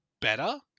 better